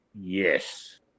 Yes